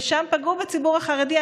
ושם פגעו בציבור החרדי.